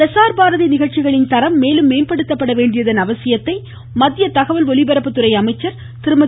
பிரஸார் பாரதி நிகழ்ச்சிகளின் தரம் மேலும் மேம்படுத்தப்பட வேண்டியதன் அவசியத்தை மத்திய தகவல் ஒலிபரப்புத்துறை அமைச்சர் திருமதி